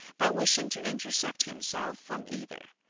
by wishing to intercept himself from either?